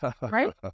Right